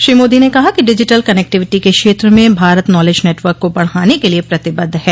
श्री मोदी ने कहा कि डिजिटल कनेक्टिविटी के क्षेत्र में भारत नॉलेज नेटवर्क को बढ़ाने के लिए प्रतिबद्ध है